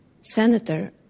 Senator